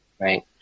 right